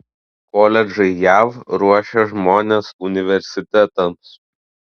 koledžai jav ruošia žmones universitetams